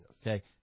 Okay